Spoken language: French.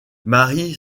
marie